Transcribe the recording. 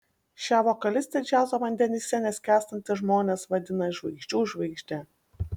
šią vokalistę džiazo vandenyse neskęstantys žmonės vadina žvaigždžių žvaigžde